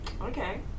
Okay